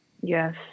Yes